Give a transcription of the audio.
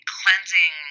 cleansing